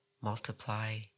multiply